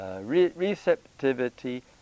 receptivity